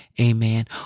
Amen